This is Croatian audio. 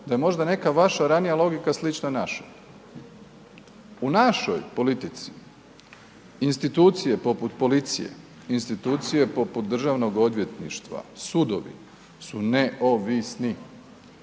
da je možda neka vaša ranija logika slična našoj. U našoj politici, institucije poput policije, institucije poput Državnog odvjetništva, sudovi su neovisni.